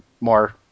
more